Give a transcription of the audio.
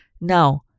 Now